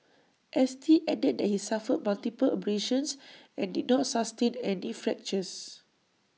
S T added that he suffered multiple abrasions and did not sustain any fractures